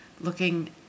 looking